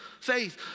faith